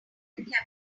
chameleon